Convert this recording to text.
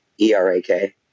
E-R-A-K